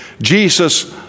Jesus